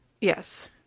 Yes